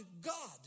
God